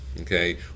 okay